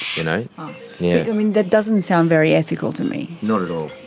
you know yeah i mean that doesn't sound very ethical to me. not at all.